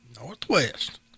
Northwest